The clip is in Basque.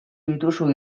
dituzu